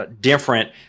different